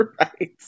Right